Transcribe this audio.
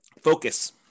Focus